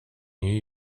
new